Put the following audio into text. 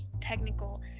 technical